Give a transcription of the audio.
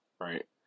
right